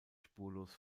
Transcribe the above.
spurlos